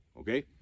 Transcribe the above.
Okay